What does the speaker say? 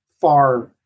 far